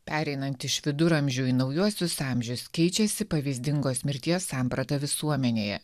pereinant iš viduramžių į naujuosius amžius keičiasi pavyzdingos mirties samprata visuomenėje